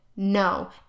no